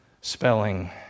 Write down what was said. spelling